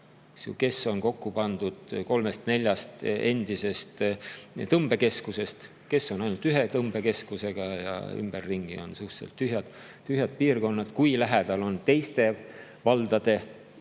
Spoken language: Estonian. kes on kokku pandud kolmest-neljast endisest tõmbekeskusest, kes on ainult ühe tõmbekeskusega ja ümberringi on suhteliselt tühjad piirkonnad. Kui lähedal on teiste valdade